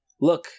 look